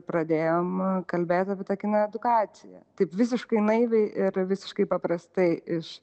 pradėjom kalbėt apie tą kino edukaciją taip visiškai naiviai ir visiškai paprastai iš